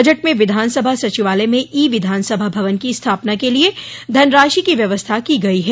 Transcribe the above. budget में विधान सभा सचिवालय में ई विधान सभा भवन की स्थापना के लिए धनराशि की व्यवस्था की गई है